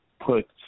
put